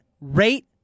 rate